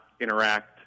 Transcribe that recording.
interact